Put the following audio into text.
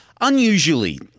unusually